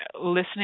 listening